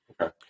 okay